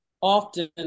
often